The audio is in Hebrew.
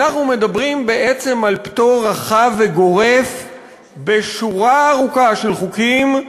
אנחנו מדברים בעצם על פטור רחב וגורף בשורה ארוכה של חוקים,